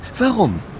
Warum